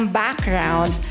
background